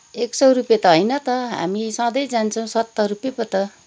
एक सौ रुपियाँ त होइन त हामी सधैँ जान्छौँ सत्तर रुपियाँ पो त